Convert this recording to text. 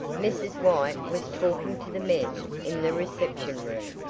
mrs. white was talking to the men in the reception room.